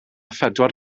phedwar